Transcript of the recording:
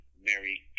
Mary